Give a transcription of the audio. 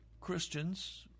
Christians